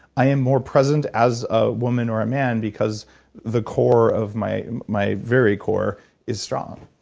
i am more present as a woman or a man, because the core of my my very core is strong.